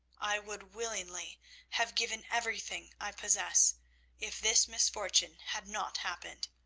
i would willingly have given everything i possess if this misfortune had not happened.